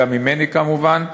גם ממני כמובן,